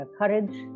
courage